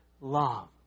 love